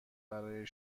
برای